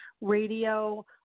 radio